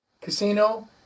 casino